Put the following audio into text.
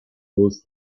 those